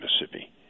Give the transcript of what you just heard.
Mississippi